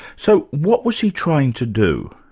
so what was he trying to do?